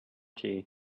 tea